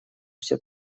все